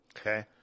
Okay